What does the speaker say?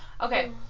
Okay